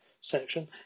section